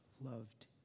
loved